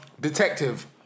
Detective